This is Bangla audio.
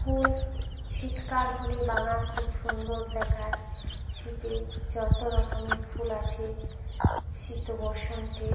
ফুল শীতকাল হলে বাগান খুব সুন্দর দেখায় শীতে যত রকমে ফুল আছে শীত ও বসন্তে